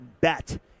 bet